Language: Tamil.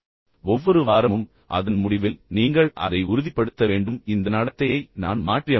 ஒவ்வொரு வாரமும் அதன் முடிவில் நீங்கள் அதை உறுதிப்படுத்த வேண்டும் சரி இந்த நடத்தையை நான் மாற்றியமைத்துள்ளேன்